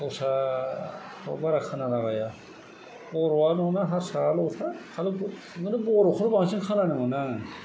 दस्राफ्राव बारा खोनालाबाया बर'आल' ना हारसायाल'थाय माथो बर'खौल' बांसिन खोनानो मोनो आङो